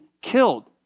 killed